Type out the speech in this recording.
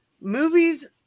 movies